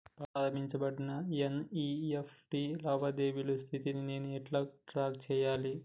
ప్రారంభించబడిన ఎన్.ఇ.ఎఫ్.టి లావాదేవీల స్థితిని నేను ఎలా ట్రాక్ చేయాలి?